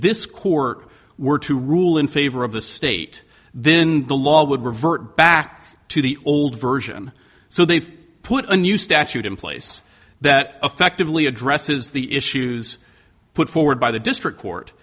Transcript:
this court were to rule in favor of the state then the law would revert back to the old version so they've put a new statute in place that effectively addresses the issues put forward by the district court